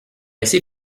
assez